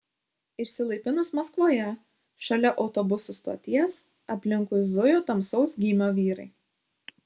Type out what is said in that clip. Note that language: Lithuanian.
išsilaipinus maskvoje šalia autobusų stoties aplinkui zujo tamsaus gymio vyrai